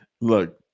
look